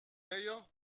d’ailleurs